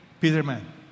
Peterman